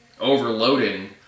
overloading